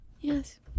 Yes